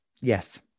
Yes